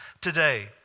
today